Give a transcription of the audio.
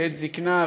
לעת זיקנה,